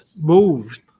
moved